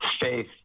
faith